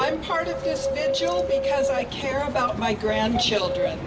i'm part of this because i care about my grandchildren